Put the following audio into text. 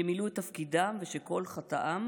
שמילאו את תפקידם ושכל חטאם